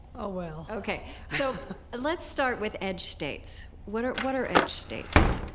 oh, well, okay, so let's start with edge states. what are what are edge states?